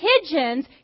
Pigeons